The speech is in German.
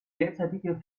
derzeitige